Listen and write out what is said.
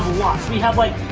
we have, like,